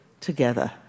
together